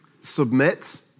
Submit